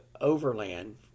overland